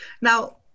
Now